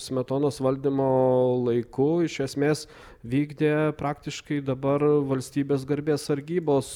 smetonos valdymo laiku iš esmės vykdė praktiškai dabar valstybės garbės sargybos